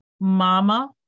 Mama